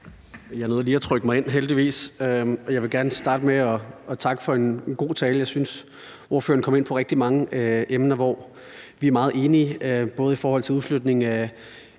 heldigvis lige at trykke mig ind. Jeg vil gerne starte med at takke for en god tale. Jeg synes, ordføreren kom ind på rigtig mange emner, hvor vi er meget enige, både i forhold til udflytningen af